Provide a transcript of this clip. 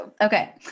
Okay